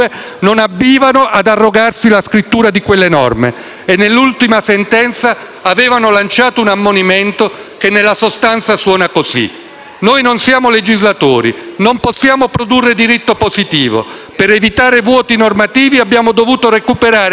e nell'ultima sentenza avevano lanciato un ammonimento che nella sostanza suona così: «Noi non siamo legislatori e non possiamo produrre diritto positivo. Per evitare vuoti normativi abbiamo dovuto recuperare persino istituti bizzarri come quello del sorteggio.